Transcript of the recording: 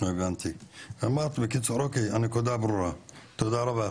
הבנתי, אוקי, הנקודה ברורה, תודה רבה.